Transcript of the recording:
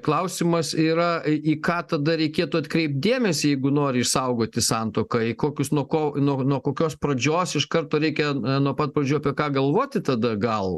klausimas yra į ką tada reikėtų atkreipt dėmesį jeigu nori išsaugoti santuoką į kokius nuo ko nuo nuo kokios pradžios iš karto reikia nuo pat pradžių apie ką galvoti tada gal